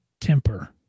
Temper